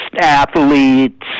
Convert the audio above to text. athletes